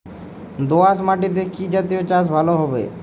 দোয়াশ মাটিতে কি জাতীয় চাষ ভালো হবে?